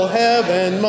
heaven